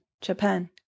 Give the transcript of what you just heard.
japan